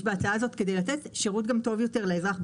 יש בהצעה הזאת כדי לתת שירות טוב יותר לאזרח.